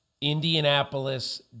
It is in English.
Indianapolis